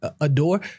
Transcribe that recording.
adore